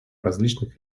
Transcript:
различных